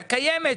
הקיימת,